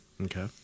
Okay